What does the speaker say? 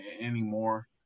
anymore